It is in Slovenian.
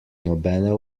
nobene